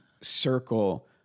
circle